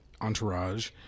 Entourage